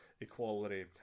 equality